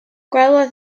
gwelodd